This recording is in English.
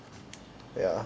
wait ah